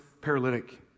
paralytic